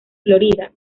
florida